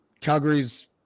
Calgary's